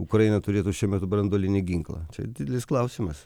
ukraina turėtų šiuo metu branduolinį ginklą čia didelis klausimas